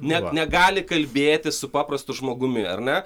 net negali kalbėtis su paprastu žmogumi ar ne